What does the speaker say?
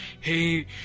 hey